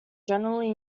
generally